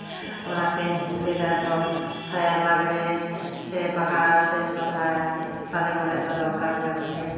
ᱚᱱᱟᱛᱮ ᱞᱟᱹᱭᱫᱟ ᱟᱫᱚ ᱥᱟᱭᱟ ᱞᱟᱜᱽᱬᱮ ᱥᱮ ᱵᱟᱦᱟ ᱥᱮ ᱥᱚᱨᱦᱟᱭ ᱥᱟᱞᱮ ᱠᱚᱨᱮᱫ ᱫᱚ ᱫᱚᱨᱠᱟᱨ ᱠᱟᱱ ᱜᱮᱭᱟ